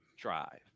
drive